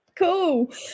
cool